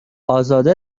ازاده